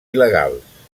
il·legals